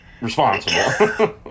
responsible